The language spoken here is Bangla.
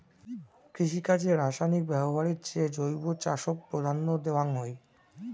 কৃষিকাজে রাসায়নিক ব্যবহারের চেয়ে জৈব চাষক প্রাধান্য দেওয়াং হই